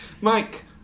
Mike